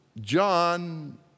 John